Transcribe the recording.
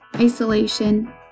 Isolation